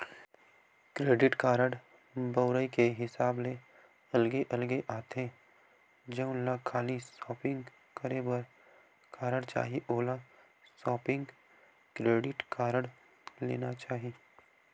credit card बउरई के हिसाब ले अलगे अलगे आथे, जउन ल खाली सॉपिंग करे बर कारड चाही ओला सॉपिंग क्रेडिट कारड लेना चाही